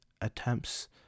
attempts